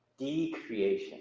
Decreation